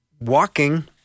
walking